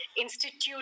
Institute